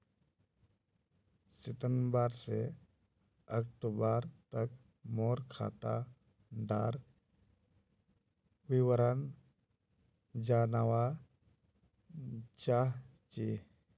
सितंबर से अक्टूबर तक मोर खाता डार विवरण जानवा चाहची?